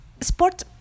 sport